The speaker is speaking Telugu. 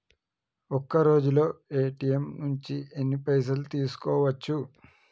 ఒక్కరోజులో ఏ.టి.ఎమ్ నుంచి ఎన్ని పైసలు తీసుకోవచ్చు?